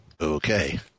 Okay